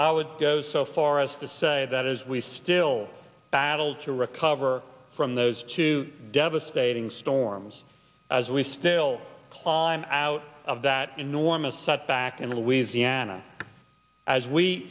i would go so far as to say that as we still battle to recover from those two devastating storms as we still climb out of that enormous setback in the louisiana as we